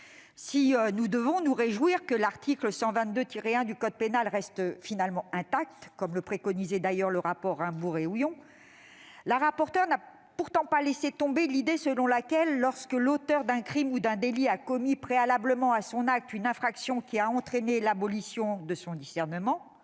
nous pouvons nous réjouir que l'article 122-1 du code pénal reste finalement intact, comme le préconisait d'ailleurs le rapport de MM. Raimbourg et Houillon. Mais la rapporteure n'a pas abandonné l'idée selon laquelle, lorsque l'auteur d'un crime ou d'un délit a commis préalablement à son acte une infraction qui a entraîné l'abolition de son discernement,